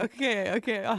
okei okei o